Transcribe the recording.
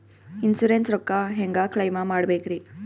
Insurance ರೊಕ್ಕ ಹೆಂಗ claim ಮಾಡ್ಬೇಕ್ರಿ?